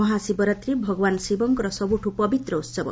ମହାଶିବରାତ୍ରୀ ଭଗବାନ୍ ଶିବଙ୍କର ସବୁଠୁ ପବିତ୍ର ଉତ୍ସବ